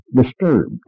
disturbed